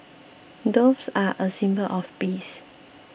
doves are a symbol of peace